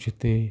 ଯେତେ